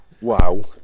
Wow